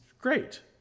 great